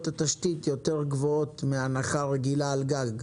התשתית יותר גבוהות מהנחה רגילה על גג.